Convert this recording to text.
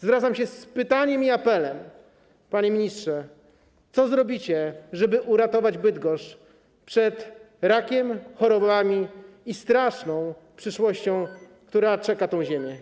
Zwracam się z pytaniem i apelem: Panie ministrze, co zrobicie, żeby uratować Bydgoszcz przed rakiem, chorobami i straszną przyszłością, która czeka tę ziemię?